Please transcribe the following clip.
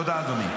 תודה, אדוני.